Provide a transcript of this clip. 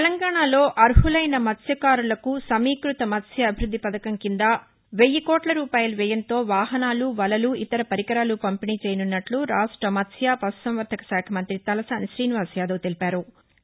తెలంగాణాలో అర్వలైన మత్స్వకారులకు సమీకృత మత్స్య అభివృద్ధి పథకం కింద వెయ్యి కోట్ల రూపాయల వ్యయంతో వాహనాలు వలలు ఇతర పరికరాలు పంపిణీ చేయనున్నట్లు రాష్ట మత్వు పశు సంవర్దక శాఖ మంత్రి తలసాని శ్రీనివాస్ యాదవ్ తెలిపారు